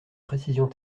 précision